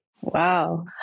Wow